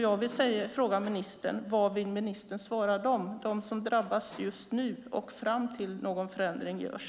Jag vill fråga ministern: Vad vill ministern svara dem som drabbas just nu och fram till att någon förändring görs?